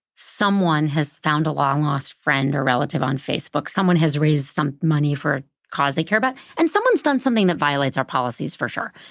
someone has found a long, lost friend or relative on facebook. someone has raised some money for a cause they care about. and someone's done something that violates our policies for sure.